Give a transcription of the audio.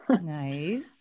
nice